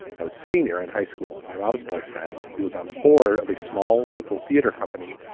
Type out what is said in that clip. i was senior in high school and my mom's boyfriend, who was on the board of a small local theater company,